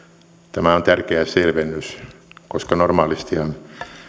tämä on tärkeä selvennys koska normaalistihan